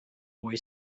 boy